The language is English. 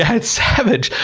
it's savage.